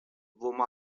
vom